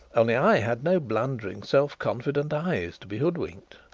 only i had no blundering, self-confident eyes to be hoodwinked.